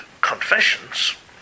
confessions